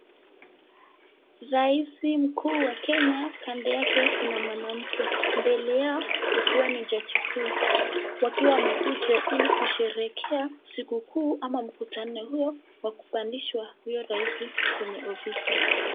Raisi mkuu wa Kenya kando yake kuna mwanamke. Mbele yao ikiwa ni jaji kuu wakiwa wamekuja ili kusherehekea siku kuu ama mkutano huo wa kupandishwa huyo raisi kwenye ofisi.